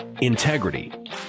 integrity